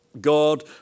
God